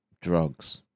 drugs